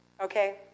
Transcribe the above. okay